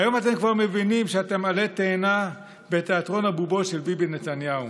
היום אתם כבר מבינים שאתם עלה תאנה בתיאטרון הבובות של ביבי נתניהו,